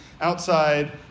outside